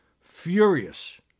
furious